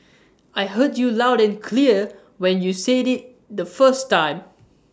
I heard you loud and clear when you said IT the first time